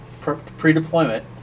pre-deployment